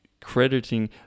crediting